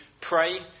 pray